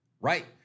right